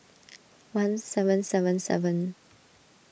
one seven seven seven